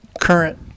current